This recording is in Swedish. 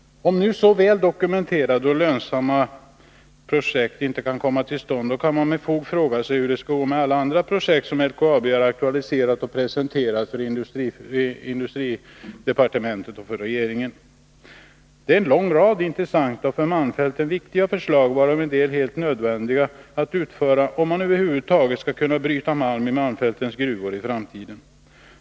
Om nu så väl dokumenterade och lönsamma projekt inte kan komma till stånd, kan man med fog fråga sig hur det skall gå med alla andra projekt som LKAB har aktualiserat och presenterat för industridepartementet och regeringen. Det är en lång rad intressanta och för malmfälten viktiga förslag, varav en del är helt nödvändiga att utföra, om man över huvud taget skall kunna bryta malm i malmfältens gruvor i framtiden.